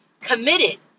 committed